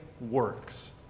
works